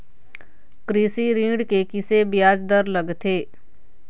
कृषि ऋण के किसे ब्याज दर लगथे?